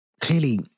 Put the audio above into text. clearly